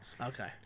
Okay